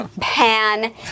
pan